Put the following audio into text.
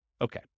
Okay